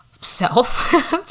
self